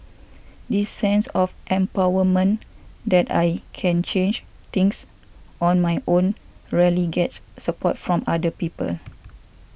this sense of empowerment that I can change things on my own rarely gets support from other people